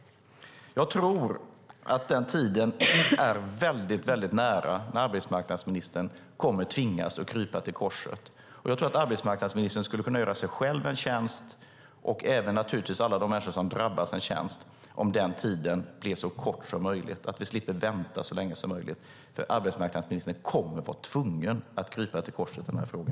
Jag tror att tiden när arbetsmarknadsministern kommer att tvingas krypa till korset är nära. Arbetsmarknadsministern skulle kunna göra sig själv och alla de människor som drabbas en tjänst om denna tid blir så kort som möjligt, om vi slipper vänta. Arbetsmarknadsministern kommer nämligen att vara tvungen att krypa till korset i denna fråga.